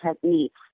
techniques